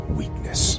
weakness